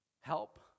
help